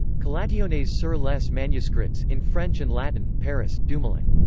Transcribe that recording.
collationnees sur les manuscrits in french and latin. paris dumoulin.